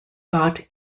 got